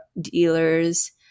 dealers